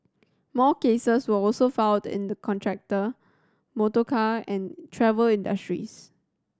more cases were also filed in the contractor motorcar and travel industries